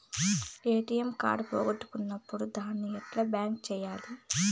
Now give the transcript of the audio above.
ATM card పోగొట్టుకున్నప్పుడు దాన్ని ఎట్లా బ్లాక్ సేయాలి